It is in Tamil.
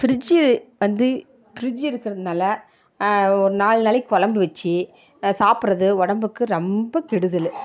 ஃபிரிட்ஜ்ஜி வந்து ஃபிரிட்ஜ்ஜி இருக்கிறனால ஒரு நாலு நாளைக்கு குழம்பு வச்சு சாப்பிடுறது உடம்புக்கு ரொம்ப கெடுதல்